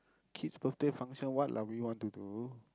kids birthday function what lah we want to do